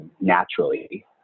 naturally